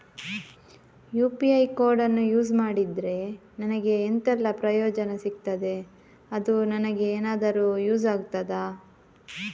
UPI ಕೋಡನ್ನು use ಮಾಡಿದ್ರೆ ನನಗೆ ಎಂಥೆಲ್ಲಾ ಪ್ರಯೋಜನ ಸಿಗ್ತದೆ, ಅದು ನನಗೆ ಎನಾದರೂ ಯೂಸ್ ಆಗ್ತದಾ?